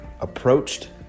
approached